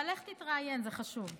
אבל לך תתראיין, זה חשוב.